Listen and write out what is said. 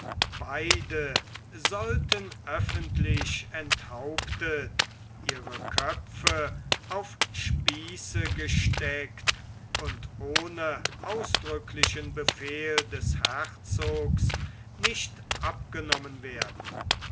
beide sollten öffentlich enthauptet ihre köpfe auf spieße gesteckt und ohne ausdrücklichen befehl des herzogs nicht abgenommen werden